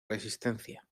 resistencia